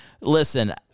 listen